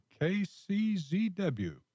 KCZW